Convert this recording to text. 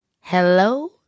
Hello